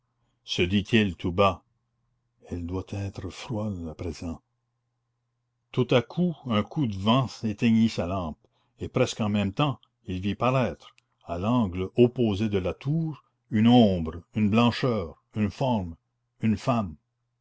se dit-il tout bas elle doit être froide à présent tout à coup un coup de vent éteignit sa lampe et presque en même temps il vit paraître à l'angle opposé de la tour une ombre une blancheur une forme une femme